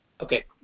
Okay